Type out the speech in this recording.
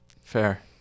Fair